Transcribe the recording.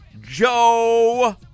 Joe